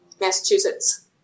Massachusetts